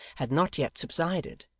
had not yet subsided,